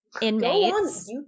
inmates